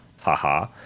haha